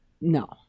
No